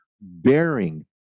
bearing